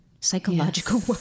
psychological